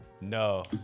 no